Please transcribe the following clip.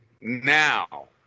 now